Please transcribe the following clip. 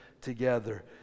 together